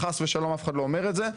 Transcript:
חס ושלום, אף אחד לא אומר את זה.